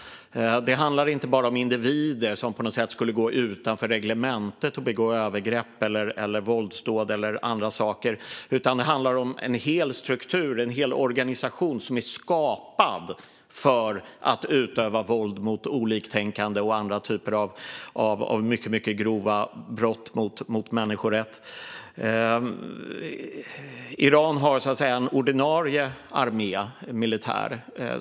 Det handlar inte bara om individer som på något sätt skulle gå utanför reglementet och begå övergrepp eller våldsdåd eller andra brott, utan det handlar om en hel struktur, en hel organisation, som är skapad för att utöva våld mot oliktänkande och andra mycket grova brott mot människorätten. Iran har så att säga en ordinarie armé eller militär.